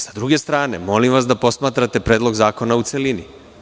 Sa druge strane, molim vas da posmatrate Predlog zakona u celini.